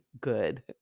good